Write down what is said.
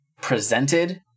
presented